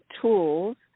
tools